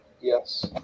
Yes